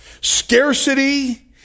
scarcity